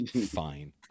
Fine